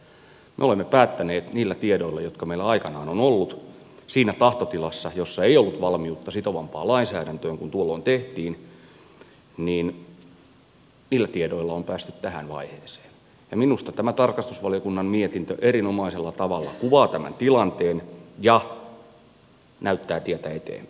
me olemme päättäneet niillä tiedoilla jotka meillä aikanaan ovat olleet siinä tahtotilassa jossa ei ollut valmiutta sitovampaan lainsäädäntöön kuin tuolloin tehtiin niillä tiedoilla on päästy tähän vaiheeseen ja minusta tämä tarkastusvaliokunnan mietintö erinomaisella tavalla kuvaa tämän tilanteen ja näyttää tietä eteenpäin